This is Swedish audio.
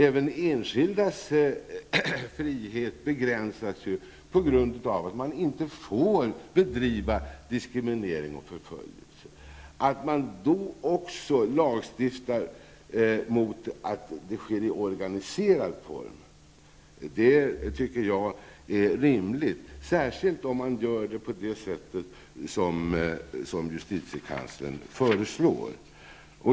Även enskildas frihet begränsas ju av förbudet mot diskriminering och förföljelse. Därför tycker jag att det är rimligt att man lagstiftar mot att sådant förekommer i organiserad form, särskilt om man gör som justitiekanslern föreslår.